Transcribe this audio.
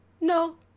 no